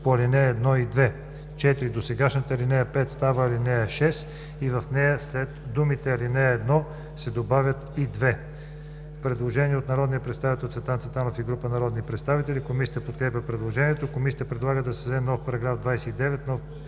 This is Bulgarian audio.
„по ал. 1 и 2“. 4. Досегашната ал. 5 става ал. 6 и в нея след думите „ал. 1“ се добавя „и 2“.“ Предложение от народния представител Цветан Цветанов и група народния представители. Комисията подкрепя предложението. Комисията предлага да се създаде нов § 29: „§ 29.